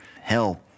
hell